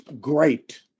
great